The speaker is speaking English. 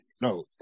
No